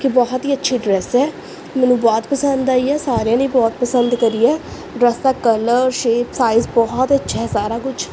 ਕਿ ਬਹੁਤ ਹੀ ਅੱਛੀ ਡਰੈਸ ਹੈ ਮੈਨੂੰ ਬਹੁਤ ਪਸੰਦ ਆਈ ਹੈ ਸਾਰਿਆਂ ਨੇ ਬਹੁਤ ਪਸੰਦ ਕਰੀ ਹੈ ਡਰੈਸ ਦਾ ਕਲਰ ਸ਼ੇਪ ਸਾਈਜ਼ ਬਹੁਤ ਅੱਛਾ ਸਾਰਾ ਕੁਛ